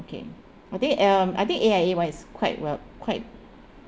okay I think um I think A_I_A one is quite well quite